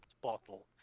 bottle